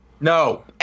No